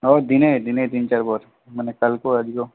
ও দিনে দিনে তিন চারবার মানে কালকেও আজকেও